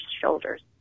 shoulders